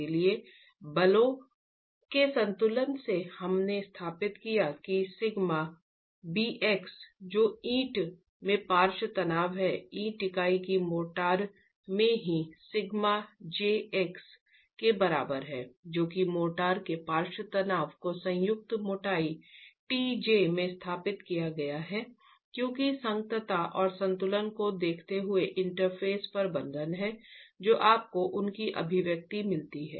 इसलिए बलों के संतुलन से हमने स्थापित किया कि σ bx जो ईंट में पार्श्व तनाव है ईंट इकाई की मोटाई में ही σ jx के बराबर है जो कि मोर्टार में पार्श्व तनाव को संयुक्त मोटाई t j में स्थापित किया गया है क्योंकि संगतता और संतुलन को देखते हुए इंटरफ़ेस पर बंधन है जो आपको उनकी अभिव्यक्ति मिलती है